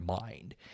mind